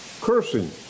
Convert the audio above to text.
cursing